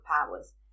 powers